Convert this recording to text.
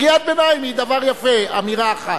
קריאת ביניים היא דבר יפה, אמירה אחת.